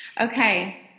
Okay